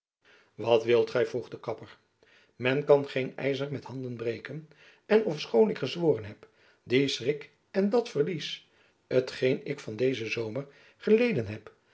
wat wilt gy vroeg de kapper men kan geen ijzer met handen breken en ofschoon ik gezworen heb dien schrik en dat verlies t geen ik van dezen zomer geleden heb